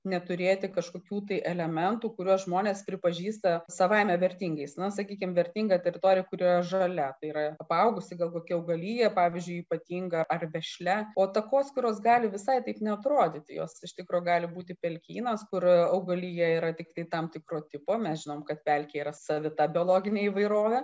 neturėti kažkokių tai elementų kuriuos žmonės pripažįsta savaime vertingais na sakykim vertinga teritorija kuri yra žalia yra apaugusi gal kokia augalija pavyzdžiui ypatinga ar vešlia o takoskyros gali visai taip neatrodyti jos iš tikro gali būti pelkynas kurio augalija yra tiktai tam tikro tipo mes žinom kad pelkė yra savita biologinė įvairovė